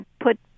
put